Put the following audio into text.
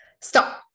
stop